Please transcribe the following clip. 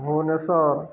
Bhubaneswar